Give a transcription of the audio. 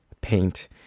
paint